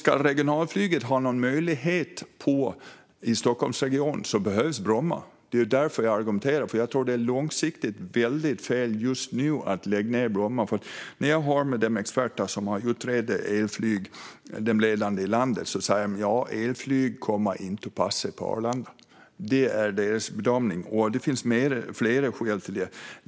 Om regionalflyget ska finnas i Stockholmsregionen behövs Bromma. Det är därför jag för denna argumentation. Jag tror att det långsiktigt är fel att lägga ned Bromma. De experter som utredde frågan om elflyget i landet säger att elflyg inte kommer att passa på Arlanda. Det är deras bedömning. Det finns flera skäl till det.